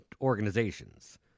organizations